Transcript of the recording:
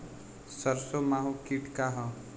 सरसो माहु किट का ह?